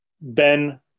Ben